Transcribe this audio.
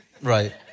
Right